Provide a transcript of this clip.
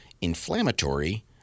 inflammatory